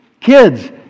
Kids